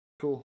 cool